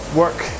work